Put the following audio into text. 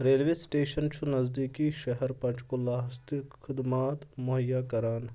railway station چھُ نزدیٖکی شَہر پنٛچکولاہس تہٕ خٕدمات مُہیا کَران